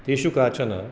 तेषु काचन